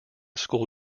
school